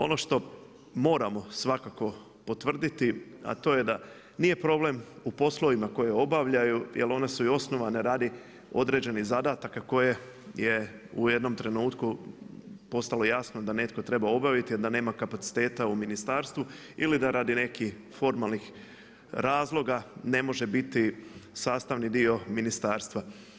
Ono što moramo svakako potvrditi, a to je da nije problem u poslovima koje obavljaju, jer one su i osnovane radi određenih zadataka koje je u jednom trenutku postalo je jasno da neko treba obaviti, a da nema kapaciteta u ministarstvu ili da radi nekih formalnih razloga ne može biti sastavni dio ministarstva.